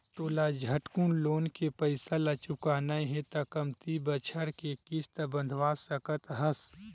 तोला झटकुन लोन के पइसा ल चुकाना हे त कमती बछर के किस्त बंधवा सकस हस